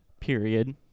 period